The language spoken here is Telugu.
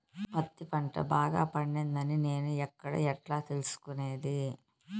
పత్తి పంట బాగా పండిందని నేను ఎక్కడ, ఎట్లా తెలుసుకునేది?